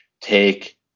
take